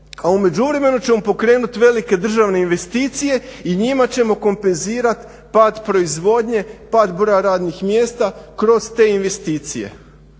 a u međuvremenu ćemo pokrenuti velike državne investicije i njima ćemo kompenzirat pad proizvodnje, pad broja radnih mjesta kroz te investicije.